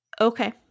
Okay